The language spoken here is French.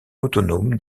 autonome